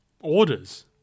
orders